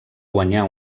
guanyar